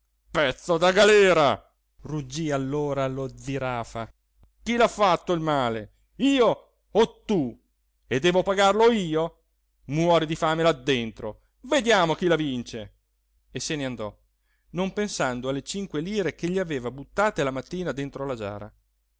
pezzo da galera ruggì allora lo zirafa chi l'ha fatto il male io o tu e devo pagarlo io muori di fame là dentro vediamo chi la vince e se ne andò non pensando alle cinque lire che gli aveva buttate la mattina dentro la giara